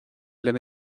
lena